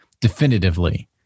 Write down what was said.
definitively